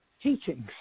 teachings